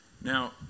Now